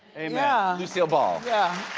amen. yeah. lucille ball. yeah